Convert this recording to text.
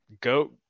Go